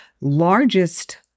largest